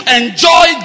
enjoy